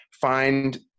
Find